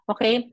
Okay